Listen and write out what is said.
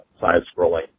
side-scrolling